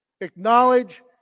acknowledge